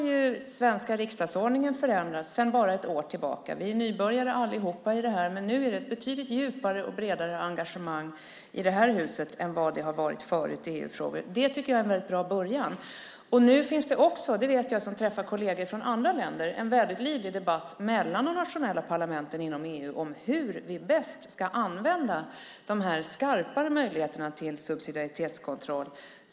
Den svenska riksdagsordningen förändrades för ett år sedan, och vi är nu nybörjare i detta. Nu är det ett betydligt djupare och bredare engagemang i det här huset än vad det har varit förut i EU-frågor. Det är en bra början. Jag träffar kolleger från andra länder. Nu finns det också en livlig debatt mellan de nationella parlamenten inom EU om hur vi bäst ska använda de skarpare möjligheterna till subsidiaritetskontroll.